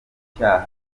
bemera